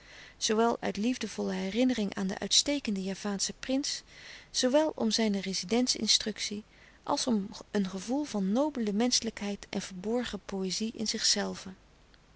zoowel uit liefdevolle herinnering aan den uitstekenden javaanschen prins zoowel om zijne rezidents instructie als om een gevoel van nobele menschelijkheid en verborgen poëzie in zichzelven